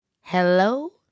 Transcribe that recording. Hello